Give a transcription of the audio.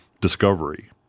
discovery